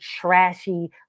trashy